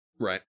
Right